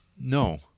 No